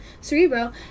Cerebro